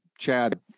Chad